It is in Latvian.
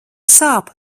sāp